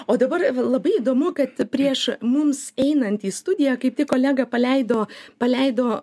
o dabar labai įdomu kad prieš mums einant į studiją kaip tik kolegą paleido paleido